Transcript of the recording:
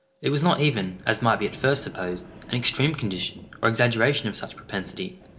it was not even, as might be at first supposed, an extreme condition, or exaggeration of such propensity,